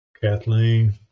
Kathleen